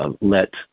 Let